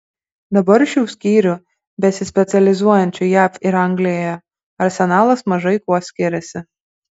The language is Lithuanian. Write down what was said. dabar šių skyrių besispecializuojančių jav ir anglijoje arsenalas mažai kuo skiriasi